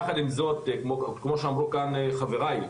יחד עם זאת, כמו שאמרו כאן חבריי,